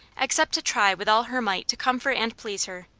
except to try with all her might to comfort and please her,